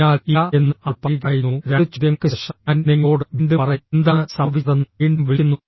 അതിനാൽ ഇല്ല എന്ന് അവൾ പറയുകയായിരുന്നു രണ്ട് ചോദ്യങ്ങൾക്ക് ശേഷം ഞാൻ നിങ്ങളോട് വീണ്ടും പറയും എന്താണ് സംഭവിച്ചതെന്ന് വീണ്ടും വിളിക്കുന്നു